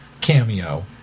cameo